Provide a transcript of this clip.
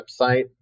website